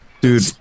Dude